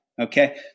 okay